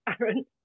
Aaron